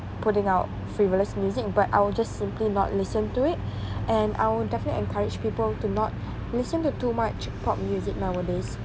putting out frivolous music but I will just simply not listen to it and I'll definitely encourage people to not listen to too much pop music nowadays